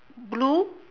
blue